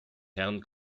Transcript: herrn